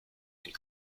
and